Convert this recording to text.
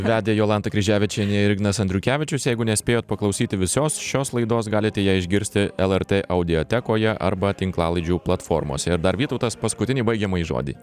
vedė jolanta kryževičienė ir ignas andriukevičius jeigu nespėjot paklausyti visos šios laidos galite ją išgirsti el er tė audiotekoje arba tinklalaidžių platformose ir dar vytautas paskutinį baigiamąjį žodį